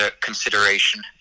consideration